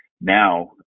now